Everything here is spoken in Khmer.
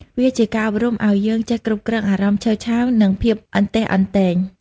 វាជាការអប់រំឱ្យយើងចេះគ្រប់គ្រងអារម្មណ៍ឆេវឆាវ និងភាពអន្ទះអន្ទែង។